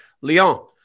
Leon